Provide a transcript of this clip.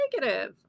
negative